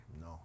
no